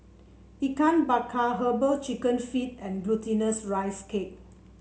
Ikan Bakar herbal chicken feet and Glutinous Rice Cake